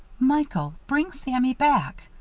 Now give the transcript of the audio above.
michael! bring sammy back.